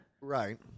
right